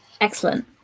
Excellent